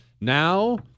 Now